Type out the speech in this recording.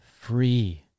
free